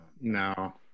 No